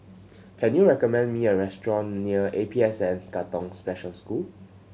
can you recommend me a restaurant near A P S N Katong Special School